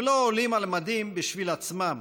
הם לא עולים על מדים בשביל עצמם,